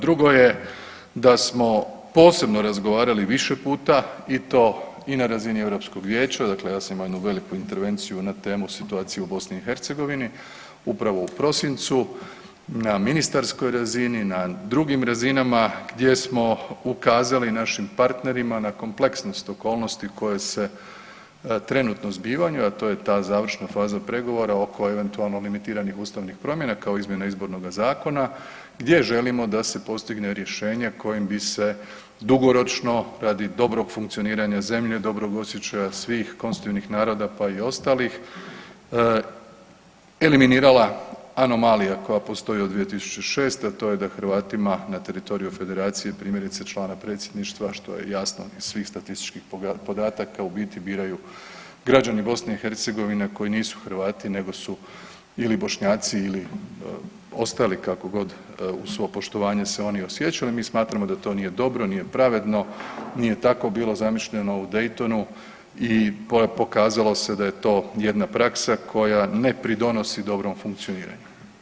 Drugo je da smo posebno razgovarali više puta i to i na razini Europskog vijeća, dakle ja sam imao jednu veliku intervenciju na temu situacija u BiH upravo u prosincu na ministarskoj razini, na drugim razinama gdje smo ukazali našim partnerima na kompleksnost okolnosti koje se trenutno zbivaju, a to je ta završna faza pregovora oko eventualno limitiranih ustavnih promjena kao izmjena izbornoga zakona gdje želimo da se postigne rješenje kojim bi se dugoročno radi dobrog funkcioniranja zemlje, dobrog osjećaja svih konstitutivnih naroda pa i ostalih, eliminirala anomalija koja postoji od 2006., a to je da Hrvatima na teritoriju federacije primjerice člana predsjedništva što je jasno iz svih statističkih podataka u biti biraju građani BiH koji nisu Hrvati nego su ili Bošnjaci ili ostali kako god uz svo poštovanje se oni osjećali, mi smatramo da to nije dobro, nije pravedno, nije tako bilo zamišljeno u Daytonu i pokazalo se da je to jedna praksa koja ne pridonosi dobrom funkcioniraju.